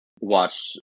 watch